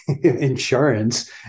insurance